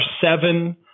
seven